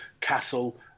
Castle